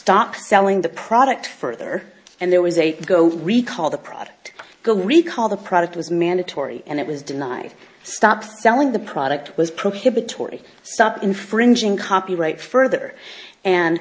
stop selling the product further and there was a go recall the product the recall the product was mandatory and it was denied stop selling the product was prohibitory stop infringing copyright further and